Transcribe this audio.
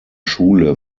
schule